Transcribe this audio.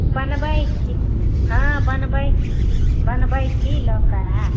बनबै छी हँ बनबै छी बनबै छी लऽ कऽ आयब